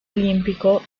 olimpico